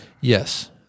yes